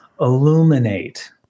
illuminate